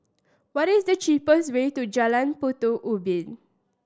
what is the cheapest way to Jalan Batu Ubin